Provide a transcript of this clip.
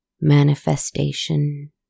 Manifestation